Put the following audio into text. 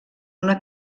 una